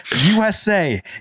USA